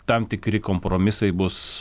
tam tikri kompromisai bus